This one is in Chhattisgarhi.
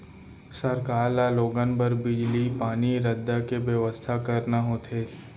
सरकार ल लोगन बर बिजली, पानी, रद्दा के बेवस्था करना होथे